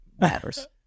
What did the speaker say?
matters